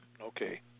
okay